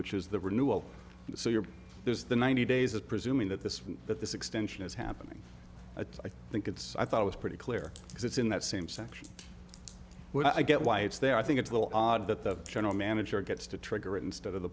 which is the renewal so you're there's the ninety days of presuming that this that this extension is happening i think it's i thought it was pretty clear because it's in that same section i get why it's there i think it's a little odd that the general manager gets to trigger it instead of the